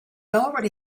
already